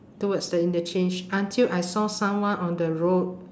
towards the interchange until I saw someone on the road